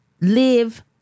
live